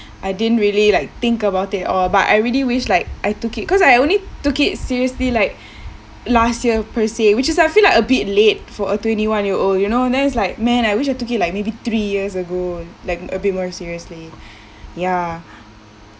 I didn't really like think about it at all but I really wish like I took it cause I only took it seriously like last year per se which is I feel like a bit late for a twenty one year old you know there's like man I wish I took it like maybe three years ago like a bit more seriously ya